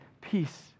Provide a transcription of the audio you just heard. peace